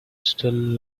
still